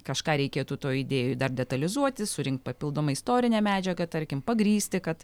kažką reikėtų toj idėjų dar detalizuoti surinkt papildomą istorinę medžiagą tarkim pagrįsti kad